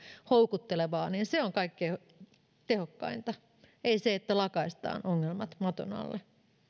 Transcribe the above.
houkuttelevaa niin se on kaikkein tehokkainta ei se että lakaistaan ongelmat maton alle